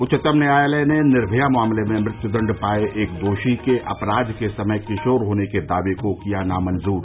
उच्चतम न्यायालय ने निर्मया मामले में मृत्युदण्ड पाए एक दोषी के अपराध के समय किशोर होने के दावे को किया नामंजूर